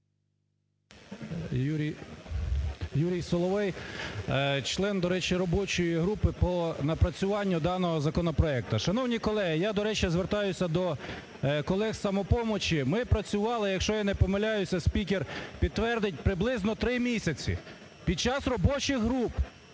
Юрій Соловей, член, до речі, робочої групи по напрацюванню даного законопроекту. Шановні колеги, я, до речі, звертаюся до колег з "Самопомочі". Ми працювали, якщо я не помиляюся, спікер підтвердить, приблизно три місяці під час робочих груп.